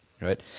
right